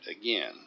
again